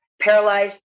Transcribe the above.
paralyzed